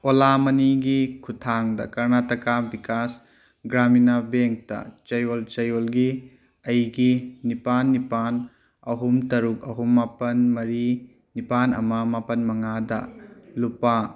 ꯑꯣꯂꯥ ꯃꯅꯤꯒꯤ ꯈꯨꯠꯊꯥꯡꯗ ꯀꯔꯅꯥꯇꯀꯥ ꯕꯤꯀꯥꯁ ꯒ꯭ꯔꯥꯃꯤꯅ ꯕꯦꯡꯇ ꯆꯌꯣꯜ ꯆꯌꯣꯜꯒꯤ ꯑꯩꯒꯤ ꯅꯤꯄꯥꯟ ꯅꯤꯄꯥꯟ ꯑꯍꯨꯝ ꯇꯔꯨꯛ ꯑꯍꯨꯝ ꯃꯥꯄꯟ ꯃꯔꯤ ꯅꯤꯄꯥꯟ ꯑꯃ ꯃꯥꯄꯟ ꯃꯉꯥꯗ ꯂꯨꯄꯥ